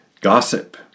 Gossip